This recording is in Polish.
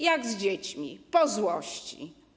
Jak z dziećmi, po złości.